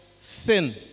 sin